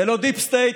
זה לא דיפ סטייט,